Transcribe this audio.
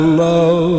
love